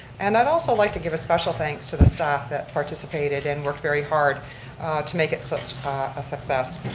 and i'd also like to give a special thanks to the staff that participated and worked very hard to make it so so ah a success,